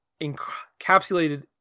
encapsulated